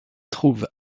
trouve